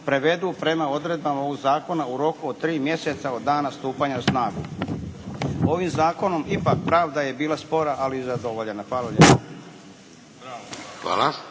prevedu prema odredbama ovog Zakona u roku od 3 mjeseca od dana stupanja na snagu. Ovim Zakonom ipak pravda je bila spora, ali zadovoljena. Hvala